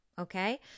Okay